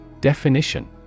Definition